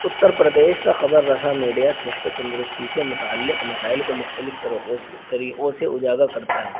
اتّر پردیش کا خبر رساں میڈیا صحت و تندرستی سے متعلق مسائل کو مختلف طریقوں سے طریقوں سے اجاگر کرتا ہے